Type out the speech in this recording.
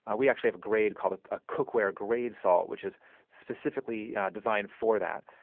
ah we actually have a grade called a cookware-grade salt, which is specifically designed for that.